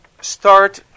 start